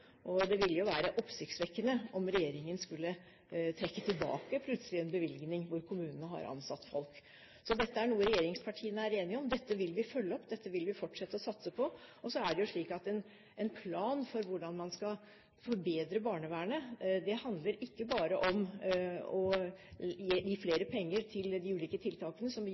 og det ville være oppsiktsvekkende om regjeringen plutselig skulle trekke tilbake en bevilgning når kommunene har ansatt folk. Så dette er noe regjeringspartiene er enige om. Dette vil vi følge opp, dette vil vi fortsette å satse på. Så er det slik at en plan for hvordan man skal forbedre barnevernet, handler ikke bare om å gi mer penger til de ulike tiltakene, som vi